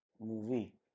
Movie